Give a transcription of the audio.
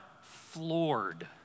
floored